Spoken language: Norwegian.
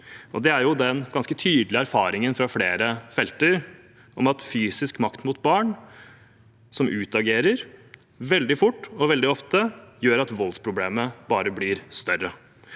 Det er den ganske tydelige erfaringen fra flere felter om at fysisk makt mot barn som utagerer, veldig fort og veldig ofte gjør at voldsproblemet bare blir større.